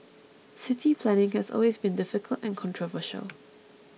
city planning has always been difficult and controversial